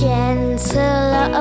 Gentle